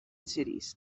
cities